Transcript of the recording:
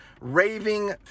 Raving